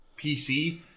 PC